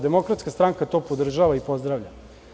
Demokratska stranka to podržava ipozdravlja.